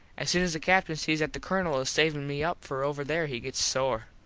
as soon as the captin sees that the colonel is savin me up for over there he gets sore.